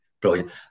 brilliant